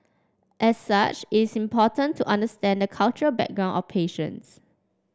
as such it's important to understand the cultural background of patients